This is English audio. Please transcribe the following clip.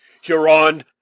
Huron